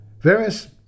various